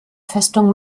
festung